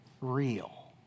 real